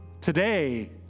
Today